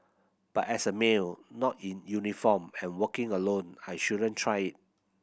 but as a male not in uniform and working alone I shouldn't try it